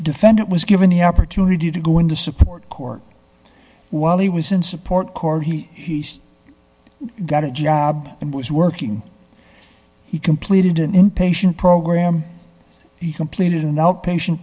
defendant was given the opportunity to go into support court while he was in support court he's got a job and was working he completed an inpatient program he completed an outpatient